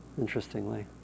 interestingly